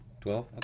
Twelve